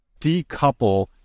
decouple